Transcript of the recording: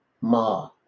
ma